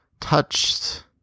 touched